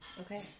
Okay